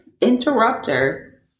interrupter